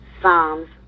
Psalms